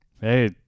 Hey